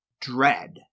Dread